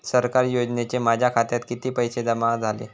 सरकारी योजनेचे माझ्या खात्यात किती पैसे जमा झाले?